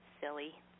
Silly